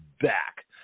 back